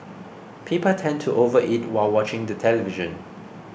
people tend to overeat while watching the television